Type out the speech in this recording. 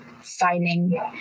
finding